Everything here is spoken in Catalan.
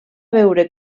veure